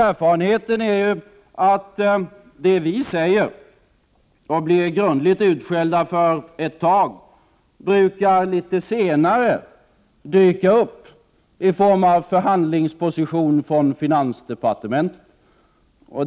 Erfarenheten är den att det vi säger och blir grundligt utskällda för brukar litet senare dyka upp i form av förhandlingsposition från finansdepartementet.